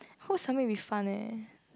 hope something will be fun leh